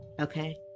Okay